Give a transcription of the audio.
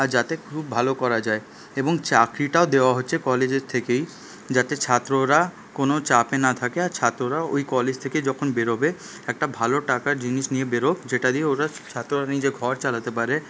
আর যাতে খুব ভালো করা যায় এবং চাকরিটাও দেওয়া হচ্ছে কলেজের থেকেই যাতে ছাত্ররা কোনো চাপে না থাকে আর ছাত্ররাও ঐ কলেজ থেকে যখন বেরোবে একটা ভালো টাকার জিনিস নিয়ে বেরোক যেটা দিয়ে ওরা ছাত্ররা নিজের ঘর চালাতে পারে